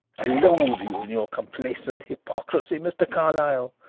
i loathe you in your complacent hypocrisy, mr. carlyle,